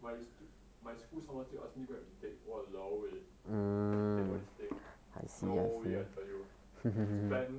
my sto~ my school some more still ask to go retake !walao! eh retake all these thing no way I tell you spend